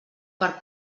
per